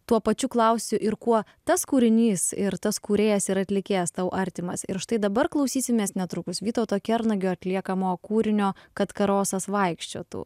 tuo pačiu klausiu ir kuo tas kūrinys ir tas kūrėjas ir atlikėjas tau artimas ir štai dabar klausysimės netrukus vytauto kernagio atliekamo kūrinio kad karosas vaikščiotų